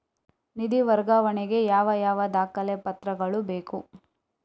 ನಿಧಿ ವರ್ಗಾವಣೆ ಗೆ ಯಾವ ಯಾವ ದಾಖಲೆ ಪತ್ರಗಳು ಬೇಕು?